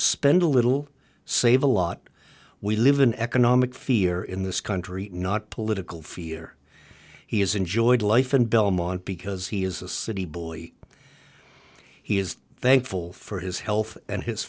spend a little save a lot we live in economic fear in this country not political feeler he has enjoyed life in belmont because he is a city boy he is thankful for his health and his